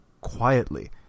quietly